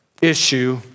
Issue